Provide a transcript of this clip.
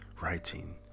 writing